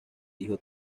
dijo